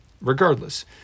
Regardless